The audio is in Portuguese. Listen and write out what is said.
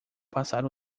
passar